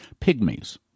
pygmies